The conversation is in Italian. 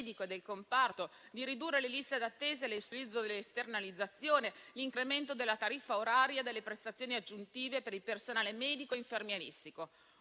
e del comparto, di ridurre le liste d'attesa e l'utilizzo delle esternalizzazione; l'incremento della tariffa oraria delle prestazioni aggiuntive per il personale medico e infermieristico;